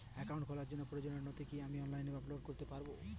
Account খোলার জন্য প্রয়োজনীয় নথি কি আমি অনলাইনে আপলোড করতে পারি?